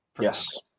Yes